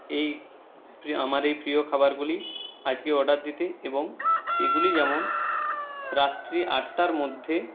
এই আমার এই প্রিয় খাবারগুলি আজকে অর্ডার দিতে এবং এগুলি যেমন রাত্রি আটটার মধ্যে